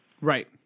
Right